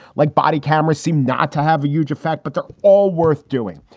like body cameras seem not to have a huge effect, but they're all worth doing.